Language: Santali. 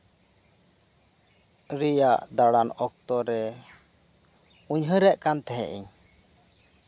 ᱨᱮᱭᱟᱜ ᱫᱟᱲᱟᱱ ᱚᱠᱛᱚ ᱨᱮ ᱩᱭᱦᱟᱹᱨᱮᱫ ᱠᱟᱱ ᱛᱟᱦᱮᱸᱫ ᱤᱧ